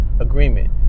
agreement